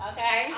Okay